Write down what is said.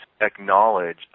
acknowledge